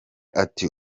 ati